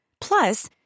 Plus